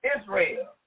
Israel